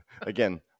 Again